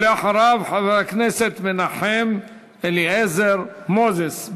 ואחריו, חבר הכנסת מנחם אליעזר מוזס.